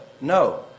No